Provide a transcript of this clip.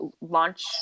launch